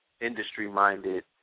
industry-minded